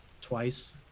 twice